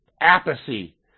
apathy